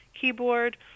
keyboard